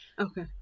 Okay